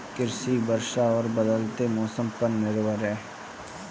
कृषि वर्षा और बदलते मौसम पर निर्भर है